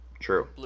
true